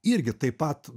irgi taip pat